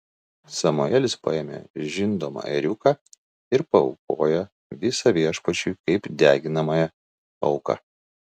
samuelis paėmė žindomą ėriuką ir paaukojo visą viešpačiui kaip deginamąją auką